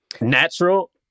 natural